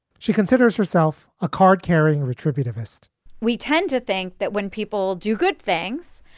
she considers herself a card carrying retributive history we tend to think that when people do good things,